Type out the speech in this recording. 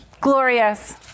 Glorious